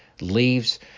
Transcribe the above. leaves